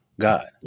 God